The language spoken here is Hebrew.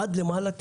עד למעלה,